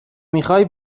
میخوای